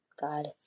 God